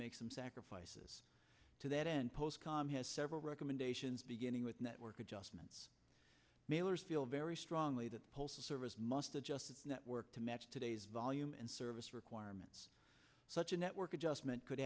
make some sacrifices to that end post com has several recommendations beginning with network adjustments mailer's feel very strongly that the postal service must adjust its network to match today's volume and service requirements such a network adjustment could